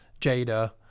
jada